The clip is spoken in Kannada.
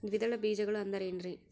ದ್ವಿದಳ ಬೇಜಗಳು ಅಂದರೇನ್ರಿ?